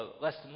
less